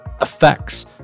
effects